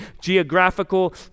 geographical